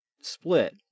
split